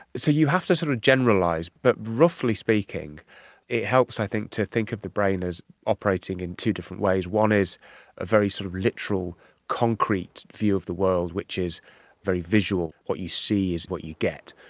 so you have to sort of generalise, but roughly speaking it helps i think to think of the brain as operating in two different ways. one is a very sort of literal concrete view of the world which is very visual, what you see is what you get,